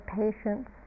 patience